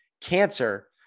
cancer